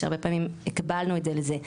שהרבה פעמים הקבלנו את זה לזה.